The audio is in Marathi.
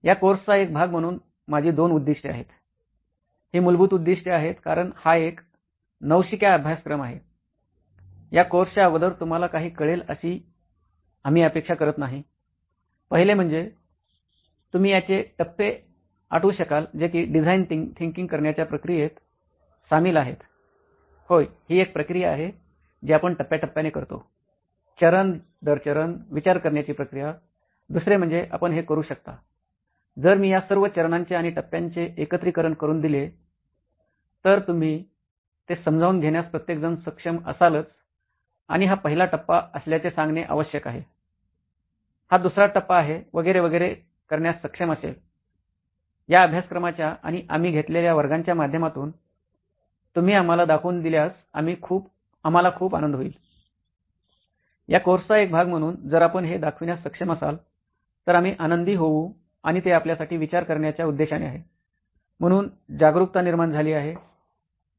या कोर्सचा एक भाग म्हणून माझी दोन उद्दिष्ट्ये आहेत ही मूलभूत उद्दीष्टे आहेत कारण हा एक नवशिक्या अभ्यासक्रम आहे या कोर्सच्या अगोदर तुम्हाला काही कळेल अशी आम्ही अपेक्षा करत नाही पहिले म्हणजे तुम्ही याचे टप्पे आठवू शकाल जे कि डिझाईन थिंकिंग करण्याच्या प्रक्रियेत सामील आहेत होय ही एक प्रक्रिया आहे जी आपण टप्या टप्याने करतो चरण दर चरण विचार करण्याची प्रक्रिया दुसरे म्हणजे आपण हे करू शकता जर मी या सर्व चरणांचे आणि टप्यांचे एकत्रीकरण करून दिले तर तुम्ही ते समजावून घेण्यास प्रत्येकजण सक्षम असलाच आणि हा पहिला टप्पा असल्याचे सांगणे आवश्यक आहे हा दुसरा टप्पा आहे वगैरे वगैरे करण्यास सक्षम असेल या अभ्यासक्रमाच्या आणि आम्ही घेतलेल्या वर्गांच्या माध्यमातून तुम्ही आम्हाला दाखवून दिल्यास आम्हाला खूप आनंद होईल या कोर्सचा एक भाग म्हणून जर आपण हे दाखविण्यास सक्षम असाल तर आम्ही आनंदी होऊ आणि ते आपल्यासाठी विचार करण्याच्या उद्देशाने आहे म्हणून जागरूकता निर्माण झाली आहे